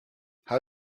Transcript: how